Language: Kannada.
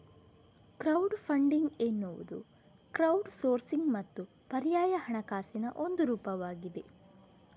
ಕ್ರೌಡ್ ಫಂಡಿಂಗ್ ಎನ್ನುವುದು ಕ್ರೌಡ್ ಸೋರ್ಸಿಂಗ್ ಮತ್ತು ಪರ್ಯಾಯ ಹಣಕಾಸಿನ ಒಂದು ರೂಪವಾಗಿದೆ